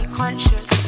conscious